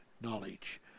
knowledge